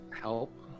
help